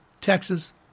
Texas